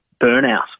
burnout